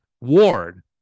Ward